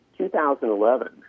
2011